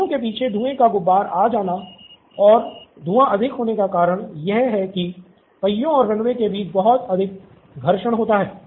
पहियों के पीछे धुएँ का गुबार आ जाने और अधिक धुआं होने का कारण यह कि पहियों और रनवे के बीच बहुत अधिक घर्षण होता है